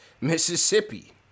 Mississippi